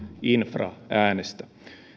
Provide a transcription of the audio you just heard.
infraäänestä